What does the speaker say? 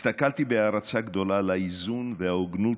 הסתכלתי בהערצה גדולה על האיזון וההוגנות,